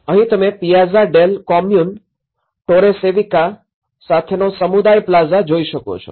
અહીં તમે Piazza del Comune Torre Civica સાથેનો સમુદાય પ્લાઝા જોઈ શકો છો